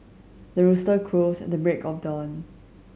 the rooster crows at the break of dawn